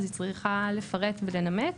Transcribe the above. אז היא צריכה לפרט ולנמק,